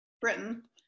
Britain